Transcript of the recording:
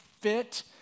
fit